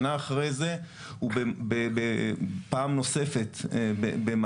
שנה אחרי זה, הוא בפעם נוספת במארב.